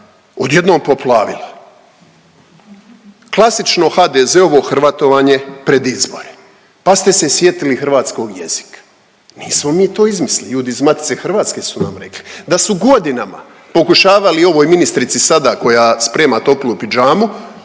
odjednom poplavila. Klasično HDZ-ovo hrvatovanje pred izbore, pa ste se sjetili hrvatskog jezika. Nismo mi to izmislili, ljudi iz Matice hrvatske su nam rekli, da su godinama pokušavali ovoj ministrici sada koja sprema toplu pidžamu